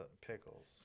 Pickles